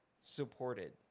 supported